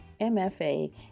MFA